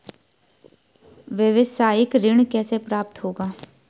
व्यावसायिक ऋण कैसे प्राप्त होगा?